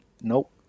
Nope